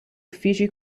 uffici